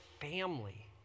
family